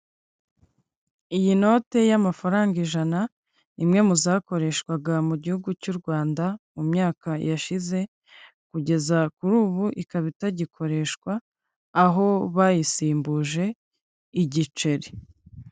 Iyi note y'amafaranga ijana, imwe mu zakoreshwaga mu gihugu cy'u Rwanda mu myaka yashize, kugeza kuri ubu ikaba itagikoreshwa aho bayisimbuje igiceri.